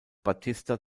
batista